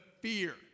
fear